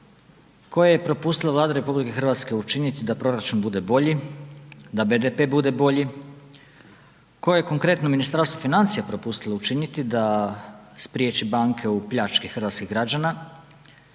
koje je propustila Vlada RH učiniti da proračun bude bolji, da BDP bude bolji, koje je konkretno Ministarstvo financija propustilo učiniti da spriječi banke u pljački hrvatskih građana.